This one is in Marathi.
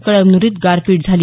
कळमन्रीत गारपीट झाली